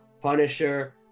Punisher